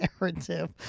narrative